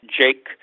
Jake